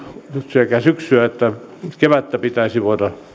sekä syksyä että kevättä pitäisi voida